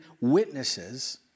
witnesses